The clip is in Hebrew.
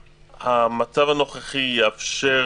בעיננו, המצב הנוכחי יאפשר